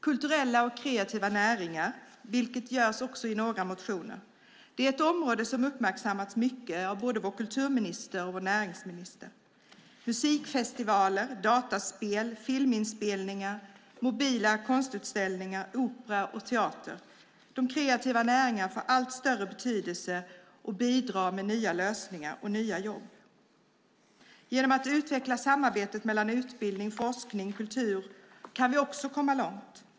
Kulturella och kreativa näringar tas upp i några motioner. Det är ett område som uppmärksammats mycket av både vår kulturminister och vår näringsminister. Det handlar om musikfestivaler, dataspel, filminspelningar, mobila konstutställningar, opera och teater. De kreativa näringarna får allt större betydelse och bidrar med nya lösningar och nya jobb. Genom att utveckla samarbetet mellan utbildning, forskning och kultur kan vi också komma långt.